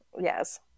Yes